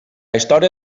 història